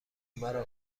مرا